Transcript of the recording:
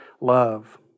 love